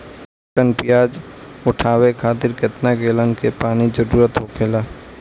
एक टन प्याज उठावे खातिर केतना गैलन पानी के जरूरत होखेला?